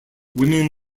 women